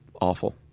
Awful